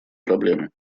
проблемы